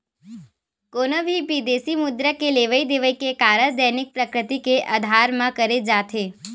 कोनो भी बिदेसी मुद्रा के लेवई देवई के कारज दैनिक प्रकृति के अधार म करे जाथे